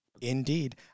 Indeed